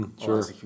Sure